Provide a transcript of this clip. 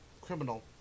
criminal